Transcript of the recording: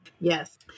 Yes